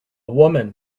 woman